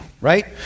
right